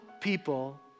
people